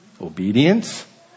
Obedience